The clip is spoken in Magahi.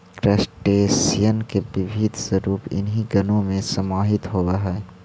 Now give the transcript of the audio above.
क्रस्टेशियन के विविध स्वरूप इन्हीं गणों में समाहित होवअ हई